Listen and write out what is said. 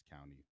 County